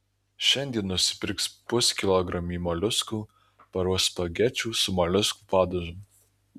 šiandien nusipirks puskilogramį moliuskų paruoš spagečių su moliuskų padažu